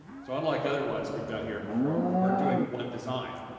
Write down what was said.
so unlike other ones we've done here before, we're doing one design.